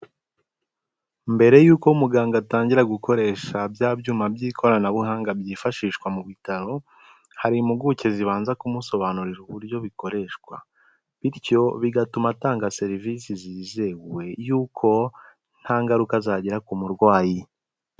Mbere y'uko muganga atangira gukoresha bya byuma by'ikoranabuhanga byifashishwa mu bitaro, hari impuguke zibanza kumusobanurira uburyo bikoreshwa, bityo bigatuma atanga serivisi zizewe yuko nta ngaruka zagira ku murwayi.